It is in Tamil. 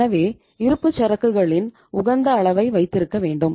எனவே இருப்புச்சரக்குகளின் உகந்த அளவை வைத்திருக்க வேண்டும்